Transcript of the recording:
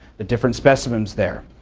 the different specimens there.